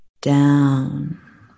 down